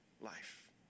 life